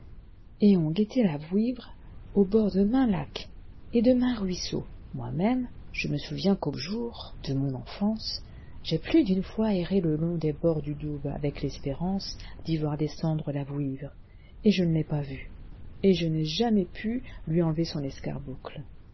et ont guetté la vouivre au bord de maint lac et de maint ruisseau moi-même je me souviens qu'aux jours de mon enfance j'ai plus d'une fois erré le long des bords du doubs avec l'espérance d'y voir descendre la vouivre et je ne l'ai pas vue et je n'ai jamais pu lui enlever son